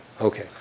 okay